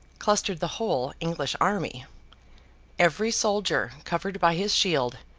clustered the whole english army every soldier covered by his shield,